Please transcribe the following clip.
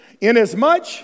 inasmuch